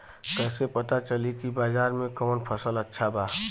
कैसे पता चली की बाजार में कवन फसल अच्छा बा?